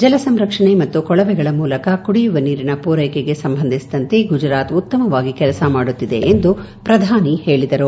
ಜಲಸಂರಕ್ಷಣೆ ಮತ್ತು ಕೊಳವೆಗಳ ಮೂಲ ಕುಡಿಯುವ ನೀರಿನ ಪೂರೈಕೆಗೆ ಸಂಬಂಧಿಸಿದಂತೆ ಗುಜರಾತ್ ಉತ್ತಮವಾಗಿ ಕೆಲಸ ಮಾಡುತ್ತಿದೆ ಎಂದು ಪ್ರಧಾನಿ ಹೇಳಿದರು